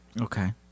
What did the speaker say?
Okay